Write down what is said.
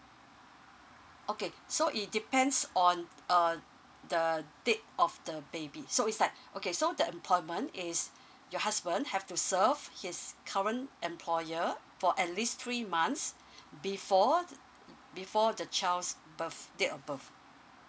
okay so it depends on uh the date of the baby so it's like okay so the employment is your husband have to serve his current employer for at least three months before before the child's birth date of birth